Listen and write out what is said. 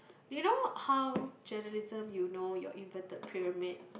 you know how journalism you know your inverted pyramid